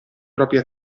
proprie